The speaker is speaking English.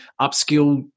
upskill